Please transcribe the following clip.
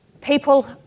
people